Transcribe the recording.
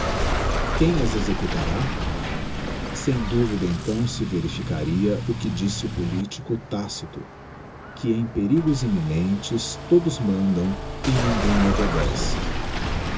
quem as executará sem duvida então se verificaria o que disse o politico tácito que em perigos imminentes todos mandam e ninguém obedece